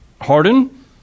Harden